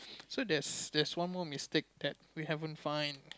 so there's there's one more mistake that we haven't find